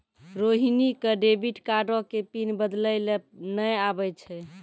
रोहिणी क डेबिट कार्डो के पिन बदलै लेय नै आबै छै